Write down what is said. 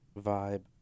vibe